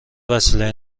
وسیله